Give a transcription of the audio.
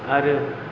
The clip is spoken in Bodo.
आरो